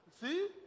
see